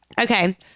Okay